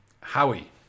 Howie